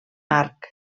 arc